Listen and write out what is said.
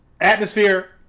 atmosphere